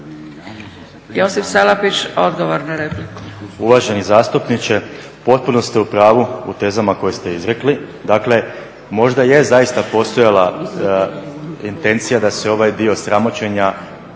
**Salapić, Josip (HDSSB)** Uvaženi zastupniče potpuno ste u pravu u tezama koje ste izrekli. Dakle, možda jest zaista postojala intencija da se ovaj dio sramoćenja